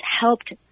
helped